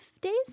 days